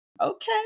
Okay